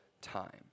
time